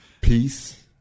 peace